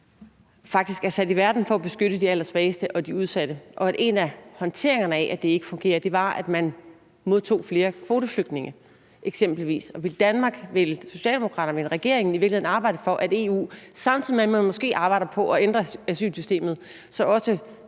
faktisk er sat i verden for at beskytte de allersvageste og de udsatte, og at en af de måder, man håndterede det, at det ikke fungerer, på, var, at man modtog flere kvoteflygtninge? Og vil Danmark, vil Socialdemokraterne, vil regeringen i virkeligheden arbejde for, at man i EU, samtidig med at man måske arbejder på at ændre asylsystemet, så også